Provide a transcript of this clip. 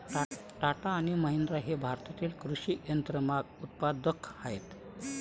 टाटा आणि महिंद्रा हे भारतातील कृषी यंत्रमाग उत्पादक आहेत